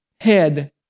head